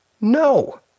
No